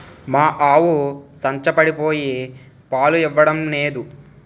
మా ఆవు సంచపడిపోయి పాలు ఇవ్వడం నేదు